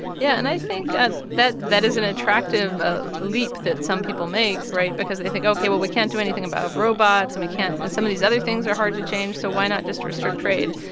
yeah. and i think and that that is an attractive ah leap that some people make right? because they think, ok, well, we can't do anything about robots, and we can't and some of these other things are hard to change, so why not just restrict trade?